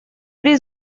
при